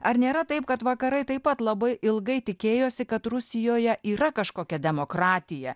ar nėra taip kad vakarai taip pat labai ilgai tikėjosi kad rusijoje yra kažkokia demokratija